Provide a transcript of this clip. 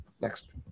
Next